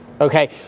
Okay